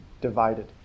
divided